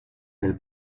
del